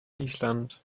island